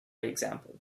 example